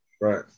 Right